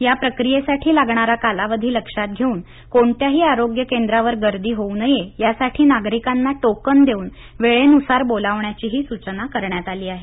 या प्रक्रियेसाठी लागणार कालावधी लक्षात घेऊन कोणत्याही आरोग्य केंद्रावर गर्दी होऊ नये यासाठी नागरिकांना टोकन देऊन वेळेनुसार बोलावण्याचीही सूचना करण्यात आली आहे